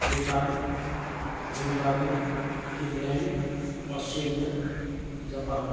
Nepal Zimbabwe England Australia Japan